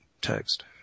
text